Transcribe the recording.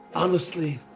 honestly,